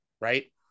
right